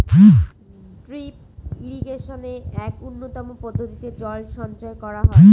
drip ইরিগেশনে এক উন্নতম পদ্ধতিতে জল সঞ্চয় করা হয়